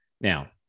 Now